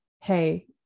Hey